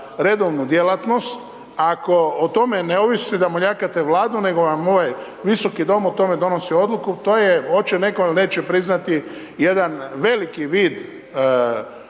redovnu djelatnost, ako o tome ne ovisi da moljakate Vladu, nego vam ovaj Visoki dom o tome donosi odluku, to je, hoće netko ili neće priznati, jedan veliki vid